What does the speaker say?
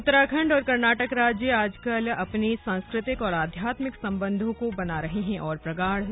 उत्तराखंड और कर्नाटक राज्य आजकल अपने सांस्कृतिक और आध्यात्मिक संबंधों को बना रहे हैंऔर प्रगाढ़